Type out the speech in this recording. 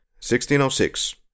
1606